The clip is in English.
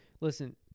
Listen